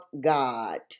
God